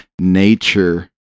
nature